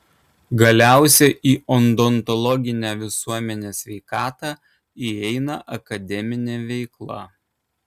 galiausiai į odontologinę visuomenės sveikatą įeina akademinė veikla